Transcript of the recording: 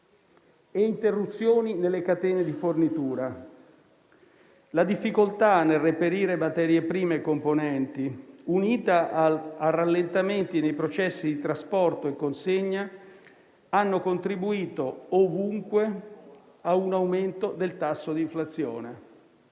da interruzioni nelle catene di fornitura. La difficoltà nel reperire materie prime e componenti, unita a rallentamenti nei processi di trasporto e consegna, hanno contribuito ovunque ad un aumento del tasso di inflazione.